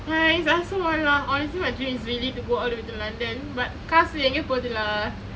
!hais! I also want lah honestly my dream is really like to go all the way to london but காசு எங்கே போதும்:kaasu enge pothum lah